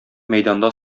мәйданда